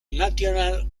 national